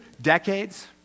decades